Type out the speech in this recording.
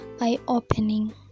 eye-opening